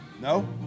No